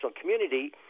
community